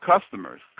customers